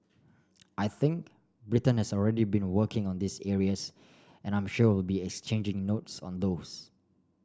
I think Britain has already been working on these areas and I'm sure we'll be exchanging notes on those